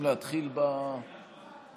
כך, 32 בעד,